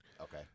Okay